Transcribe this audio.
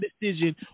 decision